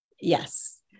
Yes